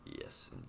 Yes